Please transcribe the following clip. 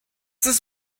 this